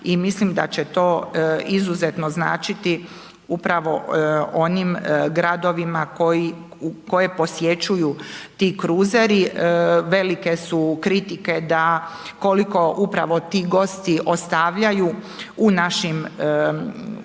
i mislim da će to izuzetno značiti upravo onim gradovima koji, koje posjećuju ti kruzeri. Velike su kritike da koliko upravo ti gosti ostavljaju u našim sredinama,